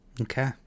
okay